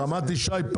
רמת ישי,